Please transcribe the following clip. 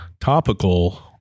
topical